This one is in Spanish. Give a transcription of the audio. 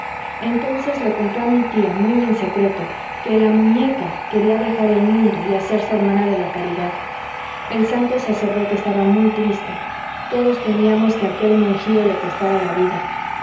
entonces le contó a mi tía muy en secreto que la muñeca quería dejar el mundo y hacerse hermana de la caridad el santo sacerdote estaba muy triste todos temíamos que aquel monjío le costara la vida